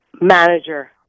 manager